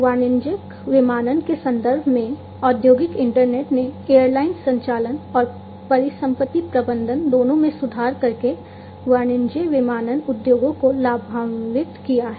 वाणिज्यिक विमानन के संदर्भ में औद्योगिक इंटरनेट ने एयरलाइन संचालन और परिसंपत्ति प्रबंधन दोनों में सुधार करके वाणिज्यिक विमानन उद्योगों को लाभान्वित किया है